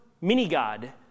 mini-God